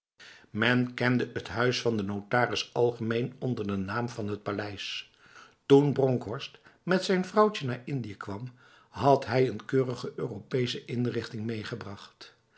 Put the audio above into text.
men kende het huis van de notaris algemeen onder de naam van het paleis'l toen bronkhorst met zijn vrouwtje naar indië kwam had hij n keurige europese inrichting meegebracht